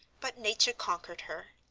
but nature conquered her.